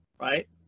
right